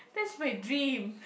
that's my dream